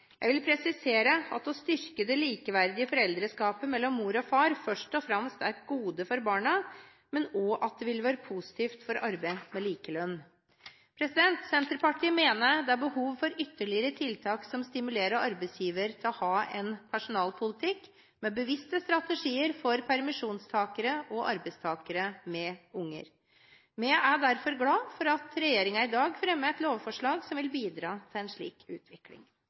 Jeg vil presisere at å styrke det likeverdige foreldreskapet mellom mor og far først og fremst er et gode for barna, men at det også vil være positivt for arbeidet for likelønn. Senterpartiet mener det er behov for ytterligere tiltak som stimulerer arbeidsgiver til å ha en personalpolitikk med bevisste strategier for permisjonstakere og arbeidstakere med barn. Vi er derfor glad for at regjeringen i dag fremmer et lovforslag som vil bidra til en slik utvikling.